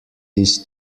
this